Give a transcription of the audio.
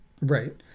Right